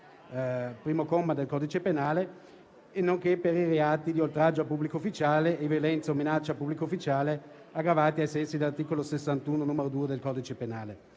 primo comma, del codice penale e nonché per i reati di oltraggio a pubblico ufficiale e violenza o minaccia a pubblico ufficiale, aggravati ai sensi dell'articolo 61, comma 2, del codice penale.